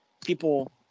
people